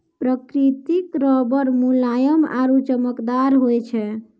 प्रकृतिक रबर मुलायम आरु चमकदार होय छै